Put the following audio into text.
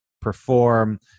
perform